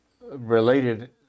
related